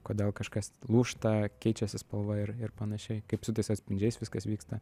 kodėl kažkas lūžta keičiasi spalva ir ir panašiai kaip su tais atspindžiais viskas vyksta